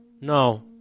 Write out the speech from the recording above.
No